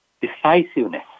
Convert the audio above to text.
decisiveness